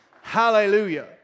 Hallelujah